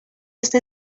este